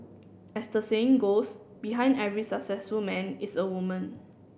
as the saying goes behind every successful man is a woman